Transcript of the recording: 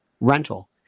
rental